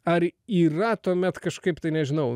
ar yra tuomet kažkaip tai nežinau